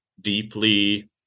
deeply